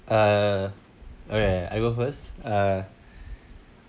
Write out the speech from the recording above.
uh okay I go first uh